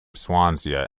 swansea